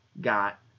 got